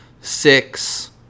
six